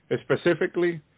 specifically